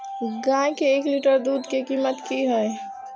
गाय के एक लीटर दूध के कीमत की हय?